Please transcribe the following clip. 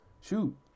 shoot